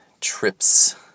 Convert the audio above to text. trips